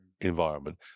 environment